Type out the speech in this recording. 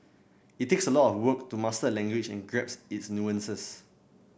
it takes a lot of work to master a language and grasp its nuances